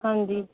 ਹਾਂਜੀ